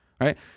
right